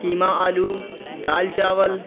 قیمہ آلو دال چاول